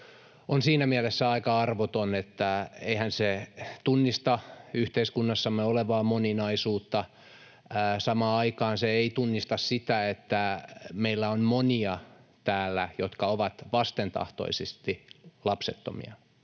on siinä mielessä aika arvoton, että eihän se tunnista yhteiskunnassamme olevaa moninaisuutta. Samaan aikaan se ei tunnista sitä, että meillä on monia täällä, jotka ovat vastentahtoisesti lapsettomia,